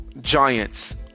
Giants